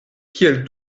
kiel